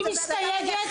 אני מסתייגת.